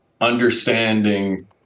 understanding